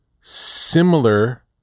similar